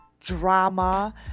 drama